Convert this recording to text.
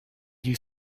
you